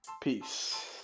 Peace